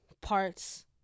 parts